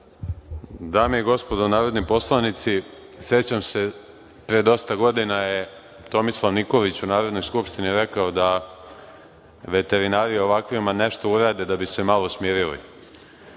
Dame i gospodo narodni poslanici, sećam se pre dosta godina je Tomislav Nikolić u Narodnoj skupštini rekao da veterinari ovakvima nešto urade da bi se malo smirili